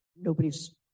nobody's